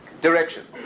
direction